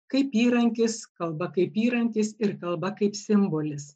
kaip įrankis kalba kaip įrankis ir kalba kaip simbolis